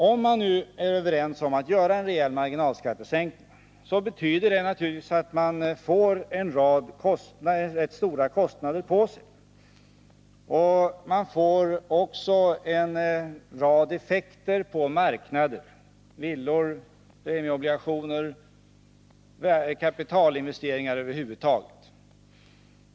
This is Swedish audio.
Om man nu är överens 15 om att göra en rejäl marginalskattesänkning, betyder det naturligtvis att man får en rad ganska stora kostnader. Man får också en rad effekter på olika marknader: villor, premieobligationer, kapitalinvesteringar över huvud taget.